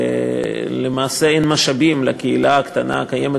ולמעשה אין משאבים לקהילה הקטנה הקיימת